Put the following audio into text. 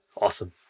Awesome